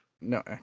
No